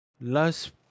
last